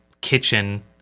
kitchen